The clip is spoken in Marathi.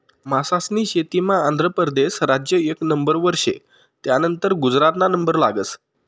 मासास्नी शेतीमा आंध्र परदेस राज्य एक नंबरवर शे, त्यानंतर गुजरातना नंबर लागस